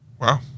Wow